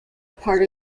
part